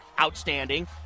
outstanding